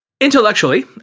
Intellectually